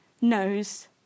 knows